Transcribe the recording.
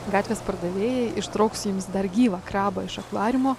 gatvės pardavėjai ištrauks jums dar gyvą krabą iš akvariumo